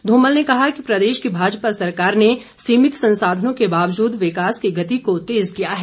धूमल ने कहा कि प्रदेश की भाजपा सरकार ने सीमित संसाधनों के बावजूद विकास की गति को तेज़ किया है